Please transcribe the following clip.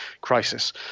crisis